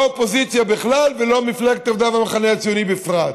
לא האופוזיציה בכלל ולא מפלגת העבודה והמחנה הציוני בפרט.